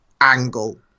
Angle